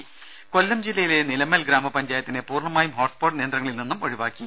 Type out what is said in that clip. രംഭ കൊല്ലം ജില്ലയിലെ നിലമേൽ ഗ്രാമ പഞ്ചായത്തിനെ പൂർണ്ണമായും ഹോട്ട്സ്പോട്ട് നിയന്ത്രണങ്ങളിൽ നിന്നും ഒഴിവാക്കി